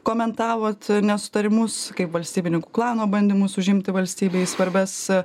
komentavot nesutarimus kaip valstybininkų klano bandymus užimti valstybei svarbias